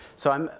so i'm,